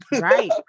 Right